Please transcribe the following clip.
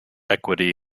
equity